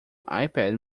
ipad